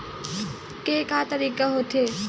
के का तरीका हवय?